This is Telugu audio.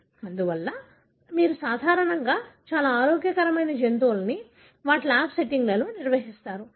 అందువల్ల మీరు సాధారణంగా చాలా ఆరోగ్యకరమైన జంతువులను వాటి ల్యాబ్ సెట్టింగ్లలో నిర్వహిస్తారు